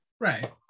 Right